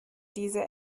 dieser